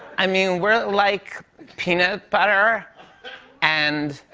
i mean, we're like peanut butter and.